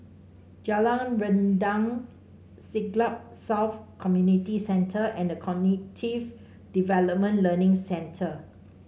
Jalan Rendang Siglap South Community Centre and The Cognitive Development Learning Centre